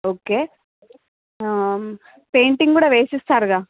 okay painting కూడా వేసిస్తారుగా